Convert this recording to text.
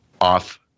off